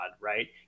right